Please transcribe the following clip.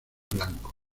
blanco